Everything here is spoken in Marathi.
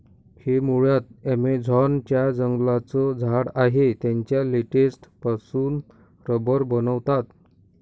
हे मुळात ॲमेझॉन च्या जंगलांचं झाड आहे याच्या लेटेक्स पासून रबर बनवतात